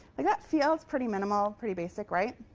like that feels pretty minimal, pretty basic, right?